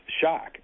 shock